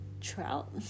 trout